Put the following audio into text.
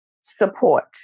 support